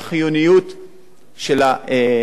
של הביטחון התזונתי.